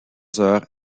heures